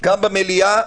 גם במליאה,